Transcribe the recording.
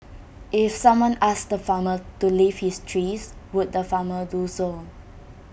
if someone asked the farmer to leave his trees would the farmer do so